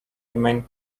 remain